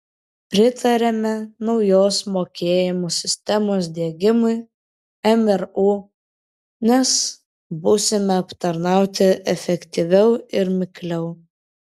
pritariame naujos mokėjimų sistemos diegimui mru nes būsime aptarnauti efektyviau ir mikliau